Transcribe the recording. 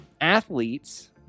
athletes